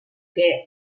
que